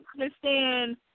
understand